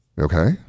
Okay